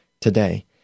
today